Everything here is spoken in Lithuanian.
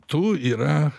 tu yra